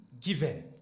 given